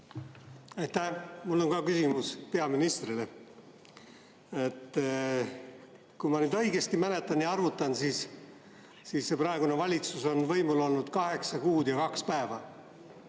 Mul on ka küsimus peaministrile. Kui ma õigesti mäletan ja arvutan, siis praegune valitsus on võimul olnud kaheksa kuud ja kaks päeva,